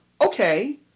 Okay